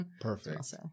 Perfect